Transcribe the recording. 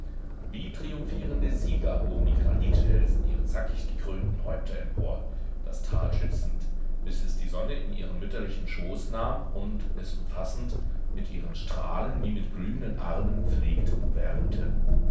wie triumphierende sieger hoben die granitfelsen ihre zackicht gekrönten häupter empor das tal schützend bis es die sonne in ihren mütterlichen schoß nahm und es umfassend mit ihren strahlen wie mit glühenden armen pflegte und wärmte